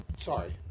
Sorry